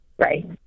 right